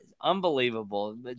Unbelievable